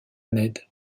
ned